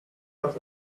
does